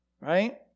right